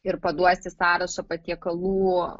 ir paduosi sąrašą patiekalų